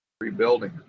rebuilding